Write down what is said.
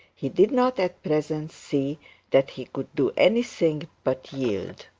he did not at present see that he could do anything but yield.